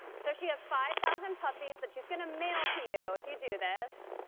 so she has five thousand puppies that she's gonna mail to you, if you do this.